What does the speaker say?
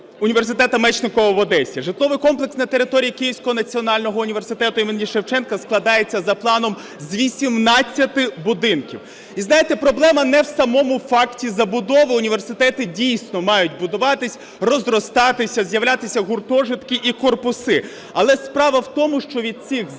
Університету Мечникова в Одесі. Житловий комплекс на території Київського національного університету імені Шевченка складається за планом з 18 будинків. І, знаєте, проблема не в самому факті забудови. Університети, дійсно, мають будуватись, розростатися, з'являтися гуртожитки і корпуси. Але справа в тому, що від цих забудов